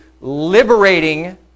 liberating